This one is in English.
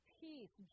peace